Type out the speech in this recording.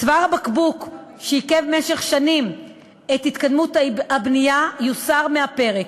צוואר הבקבוק שעיכב במשך שנים את התקדמות הבנייה יוסר מהפרק,